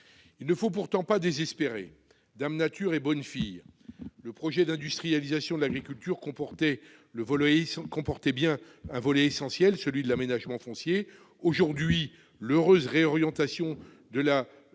Il ne faut pourtant pas désespérer : dame nature est bonne fille ... Le projet d'industrialisation de l'agriculture comportait le volet essentiel de l'aménagement foncier. Aujourd'hui, l'heureuse réorientation de